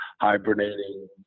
hibernating